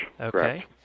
Okay